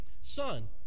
Son